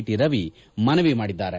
T Ravi ಮನವಿ ಮಾಡಿದ್ದಾರೆ